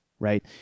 right